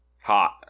hot